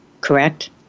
correct